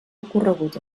ocorregut